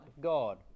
God